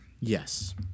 Yes